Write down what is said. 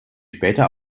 später